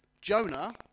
Jonah